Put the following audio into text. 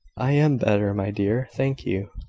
i am better, my dear, thank you.